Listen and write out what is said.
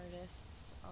artists